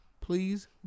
please